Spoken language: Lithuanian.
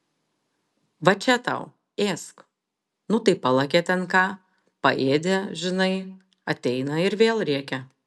va čia tau ėsk nu tai palakė ten ką paėdė žinai ateina ir vėl rėkia